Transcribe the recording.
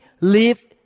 live